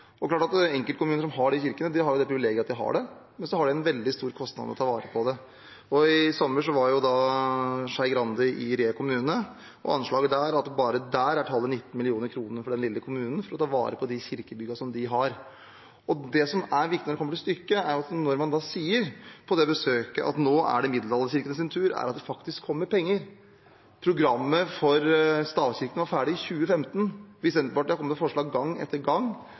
klart at de enkeltkommunene som har disse kirkene, de har det privilegiet å ha dem, men de har også en veldig stor kostnad med å ta vare på dem. I sommer var Skei Grande i Re kommune, og anslaget der er at tallet er 19 mill. kr – bare der – for den lille kommunen for å ta vare på sine kirkebygg. Det som er viktig når det kommer til stykket, når man da sier under det besøket at nå er det middelalderkirkene sin tur, er at det faktisk kommer penger. Programmet for stavkirkene var ferdig i 2015. Vi i Senterpartiet har kommet med forslag gang etter gang